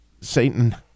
Satan